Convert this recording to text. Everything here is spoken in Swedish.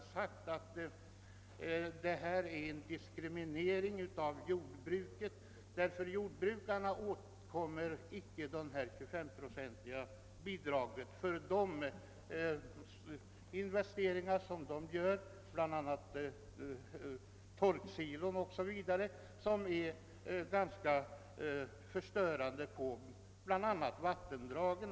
RLF anser att det är en klar diskriminering av jordbruket att jordbrukarna inte får det 25-procentiga statsbidraget om de vill vidta åtgärder för att hindra utflöde från t.ex. silor att förstöra vattendrag.